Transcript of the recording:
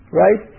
right